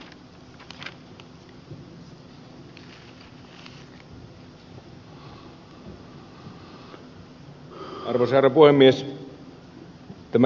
arvoisa herra puhemies